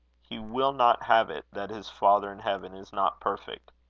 he will not have it that his father in heaven is not perfect.